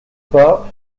pas